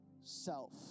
self